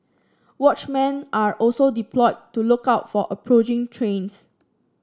watchmen are also deployed to look out for approaching trains